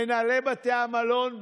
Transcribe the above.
מנהלי בתי המלון,